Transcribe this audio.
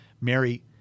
Mary